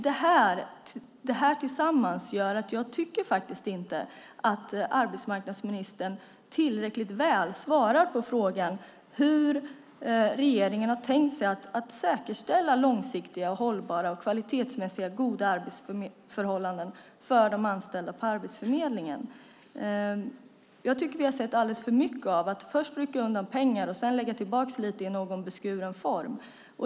Det här sammantaget gör att jag inte tycker att arbetsmarknadsministern tillräckligt väl svarar på frågan hur regeringen har tänkt sig att säkerställa långsiktiga, hållbara, kvalitetsmässiga och goda arbetsförhållanden för de anställda på Arbetsförmedlingen. Jag tycker att vi har sett alldeles för mycket av att först rycka undan pengar och sedan lägga tillbaka lite i beskuren form.